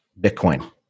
Bitcoin